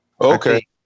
Okay